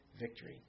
victory